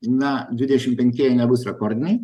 na dvidešim penktieji nebus rekordiniai